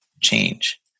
change